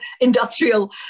Industrial